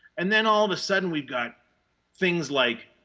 and then all of a sudden we've got things like